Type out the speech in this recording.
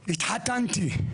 התחתנתי.